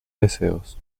deseos